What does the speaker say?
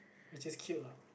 which is cute lah